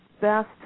best